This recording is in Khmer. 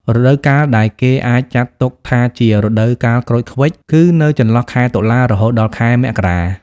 រដូវកាលដែលគេអាចចាត់ទុកថាជា រដូវកាលក្រូចឃ្វិច គឺនៅចន្លោះខែ តុលា រហូតដល់ខែមករា។